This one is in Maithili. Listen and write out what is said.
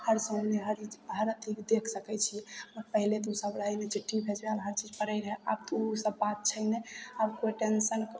हर समयमे हर अथीके देख सकैत छियै पहिले तऽ ओसभ रहय नहि चिट्ठी भेजय लेल हर चीज पड़ैत रहय आब तऽ ओसभ बात छै नहि आब कोइ टेंसनके